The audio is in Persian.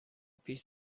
پیش